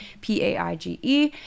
p-a-i-g-e